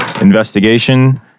Investigation